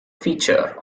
feature